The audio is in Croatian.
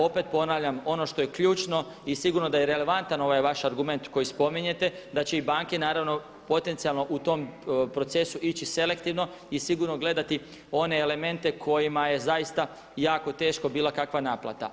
Opet ponavljam, ono što je ključno i sigurno da je relevantan ovaj vaš argument koji spominjete da će i banke naravno potencijalno u tom procesu ići selektivno i sigurno gledati one elemente kojima je zaista jako teško bilo kakva naplata.